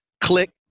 Click